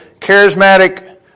charismatic